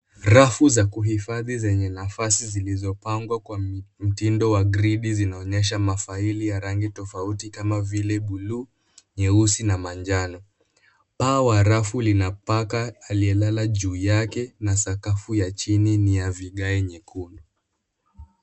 Rafu za kuhifadhi zenye nafasi zilizopangwa kwa mtindo wa gridi zinaonyesha mafaili ya rangi tofauti kama vile bluu, nyeusi na manjano. Paa wa rafu lina paka aliye lala juu yake na sakafu ya chini ni ya vigae nyekundu.